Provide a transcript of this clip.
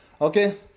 Okay